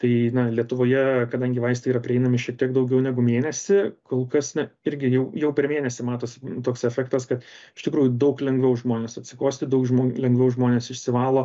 tai na lietuvoje kadangi vaistai yra prieinami šiek tiek daugiau negu mėnesį kol kas na irgi jau jau per mėnesį matosi toks efektas kad iš tikrųjų daug lengviau žmonės atsikosti daug žmo lengviau žmonės išsivalo